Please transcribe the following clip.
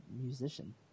musician